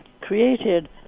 created